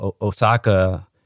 Osaka